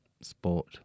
sport